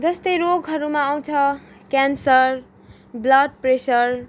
जस्तै रोगहरूमा आँउछ क्यान्सर ब्लड प्रेसर